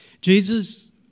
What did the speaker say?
Jesus